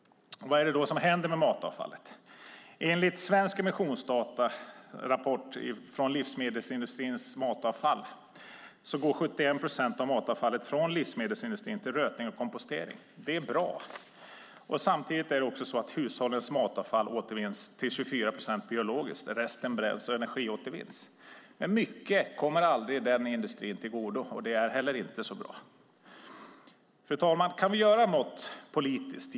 Vad är det då som händer med avfallet? Enligt en svensk emissionsdatarapport om livsmedelsindustrins matavfall går 71 procent av matavfallet från livsmedelsindustrin till rötning och kompostering. Det är bra. Samtidigt återvinns hushållens matavfall till 24 procent biologiskt. Resten bränns eller energiåtervinns. Men mycket kommer aldrig den industrin till godo, och det är inte så bra. Fru talman! Kan vi göra något politiskt?